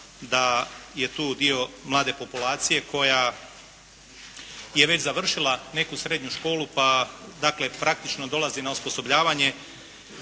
da je tu dio mlade populacije koja je već završila neku srednju školu pa dakle praktično dolazi na osposobljavanje.